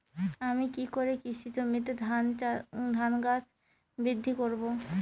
আমি কী করে কৃষি জমিতে ধান গাছ বৃদ্ধি করব?